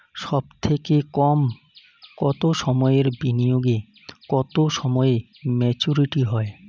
সবথেকে কম কতো সময়ের বিনিয়োগে কতো সময়ে মেচুরিটি হয়?